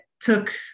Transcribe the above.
took